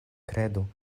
kredu